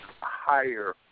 Higher